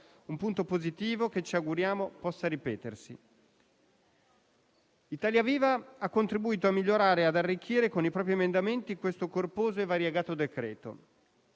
una cosa positiva che ci auguriamo possa ripetersi. Italia Viva-PSI ha contribuito a migliorare e arricchire con i propri emendamenti questo corposo e variegato decreto.